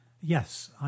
yes